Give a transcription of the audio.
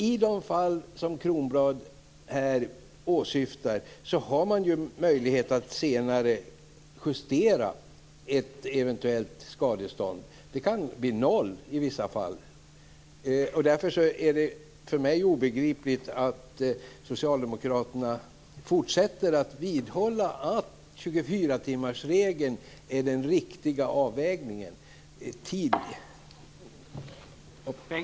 I de fall som Bengt Kronblad här åsyftar finns det alltså möjligheter att senare justera ett eventuellt skadestånd. I vissa fall kan det bli noll. Därför är det för mig obegripligt att socialdemokraterna fortsatt vidhåller att 24-timmarsregeln är den riktiga avvägningen.